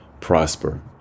prosper